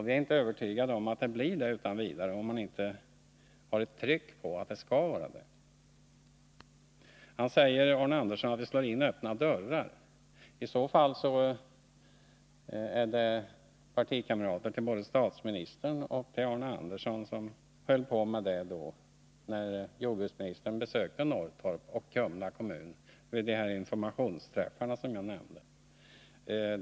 Vi är inte övertygade om att det utan vidare blir den tekniken om det inte finns ett tryck på att det skall vara det. Arne Andersson säger att vi slår in öppna dörrar. I så fall höll partikamrater till både statsministern och Arne Andersson på med det när jordbruksministern besökte Norrtorp och Kumla kommun vid de informationsträffar som jag nämnde.